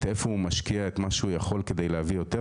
איפה הוא משקיע את מה שהוא יכול כדי להביא יותר,